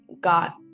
got